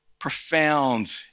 profound